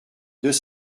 deux